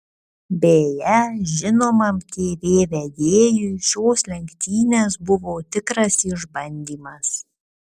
beje žinomam tv vedėjui šios lenktynės buvo tikras išbandymas